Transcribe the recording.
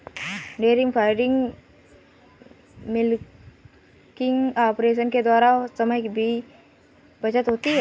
dairy farming milking operation के द्वारा समय की भी बचत होती है